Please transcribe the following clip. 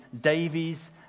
Davies